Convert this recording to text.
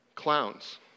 clowns